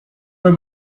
were